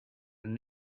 and